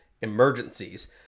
emergencies